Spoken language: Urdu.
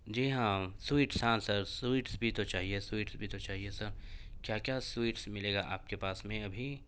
جی ہاں سوئیٹس ہاں سر سوئیٹس بھی تو چاہیے سوئیٹس بھی تو چاہیے سر کیا کیا سوئیٹس ملے گا آپ کے پاس میں ابھی